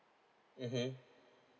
mmhmm